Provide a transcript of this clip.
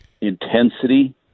intensity